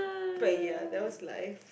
but ya that was life